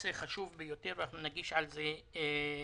נושא חשוב ביותר ואנחנו נגיש על זה הסתייגות.